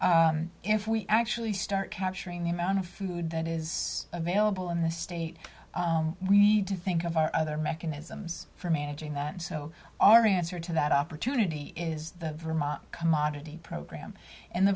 d if we actually start capturing the amount of food that is available in the state we need to think of our other mechanisms for managing that so our answer to that opportunity is the vermont commodity program and the